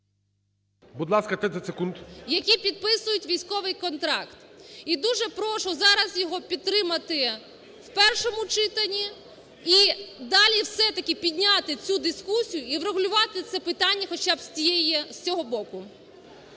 Будь ласка, 30 секунд. ЧОРНОВОЛ Т.М. … які підписують військовий контакт. І дуже прошу зараз його підтримати в першому читанні і далі все-таки підняти цю дискусію і врегулювати це питання хоча б з цього боку.